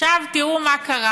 עכשיו תראו מה קרה.